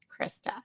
Krista